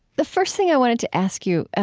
the first thing i wanted to ask you,